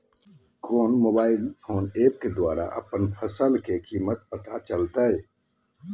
कौन mobile phone app के द्वारा अपन फसल के कीमत पता चलेगा?